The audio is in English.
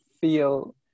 feel